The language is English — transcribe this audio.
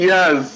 Yes